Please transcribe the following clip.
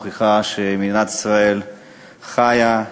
מוכיחה שמדינת ישראל חיה,